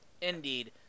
Indeed